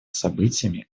событиями